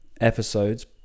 episodes